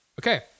Okay